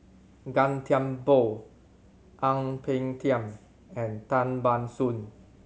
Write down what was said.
Gan Thiam Poh Ang Peng Tiam and Tan Ban Soon